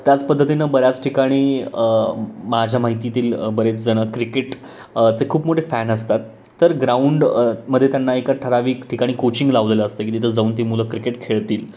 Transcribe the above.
त्याच पद्धतीनं बऱ्याच ठिकाणी माझ्या माहितीतील बरेच जणं क्रिकेट चे खूप मोठे फॅन असतात तर ग्राउंडमध्ये त्यांना एका ठराविक ठिकाणी कोचिंग लावलेलं असतं की तिथं जाऊन ती मुलं क्रिकेट खेळतील